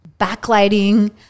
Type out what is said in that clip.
backlighting